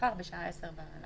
ונתחדשה בשעה 11:05.)